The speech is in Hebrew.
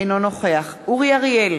אינו נוכח אורי אריאל,